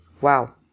Wow